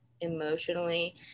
emotionally